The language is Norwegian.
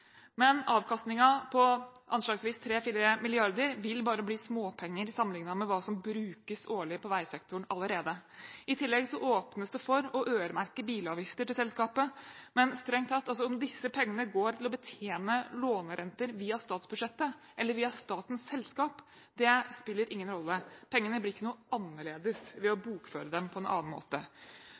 men avkastningen på anslagsvis 3–4 mrd. kr vil bare bli småpenger sammenlignet med hva som brukes årlig på veisektoren allerede. I tillegg åpnes det for å øremerke bilavgifter til selskapet. Men om disse pengene går til å betjene lånerenter via statsbudsjettet eller via statens selskap, spiller strengt tatt ingen rolle – pengene blir ikke noe annerledes ved å bokføre dem på en annen måte.